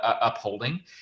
upholding